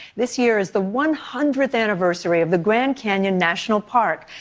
this year is the one hundredth anniversary of the grand canyon national park.